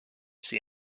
see